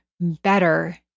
better